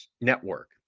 Network